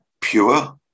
pure